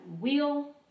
wheel